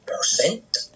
percent